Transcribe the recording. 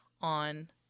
on